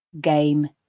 game